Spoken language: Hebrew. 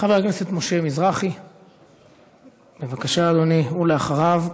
חבר הכנסת משה מזרחי, בבקשה, אדוני, ואחריו,